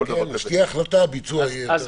כשתהיה החלטה, הביצוע יהיה יותר-